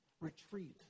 retreat